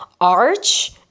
arch